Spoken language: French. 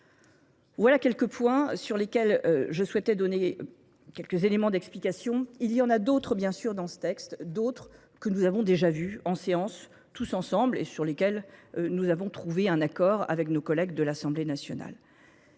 Voilà quelques points sur lesquels je souhaitais donner quelques éléments d'explication. Il y en a d'autres, bien sûr, dans ce texte, d'autres que nous avons déjà vus en séance, tous ensemble, et sur lesquels nous avons trouvé un accord avec nos collègues de l'Assemblée nationale.